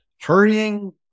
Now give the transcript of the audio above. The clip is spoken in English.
Hurrying